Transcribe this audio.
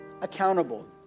accountable